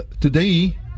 today